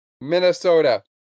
Minnesota